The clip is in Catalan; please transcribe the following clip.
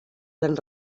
gran